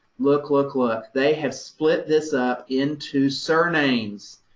look, look, look. they have split this up into surnames.